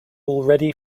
already